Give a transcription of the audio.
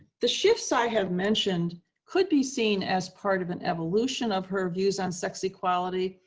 the shifts i have mentioned could be seen as part of an evolution of her views on sex equality,